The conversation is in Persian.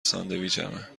ساندویچمه